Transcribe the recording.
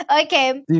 okay